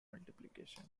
multiplication